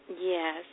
yes